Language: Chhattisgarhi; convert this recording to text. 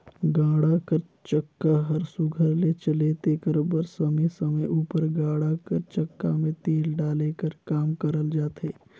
गाड़ा कर चक्का हर सुग्घर ले चले तेकर बर समे समे उपर गाड़ा कर चक्का मे तेल डाले कर काम करल जाथे